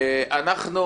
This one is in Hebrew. אנחנו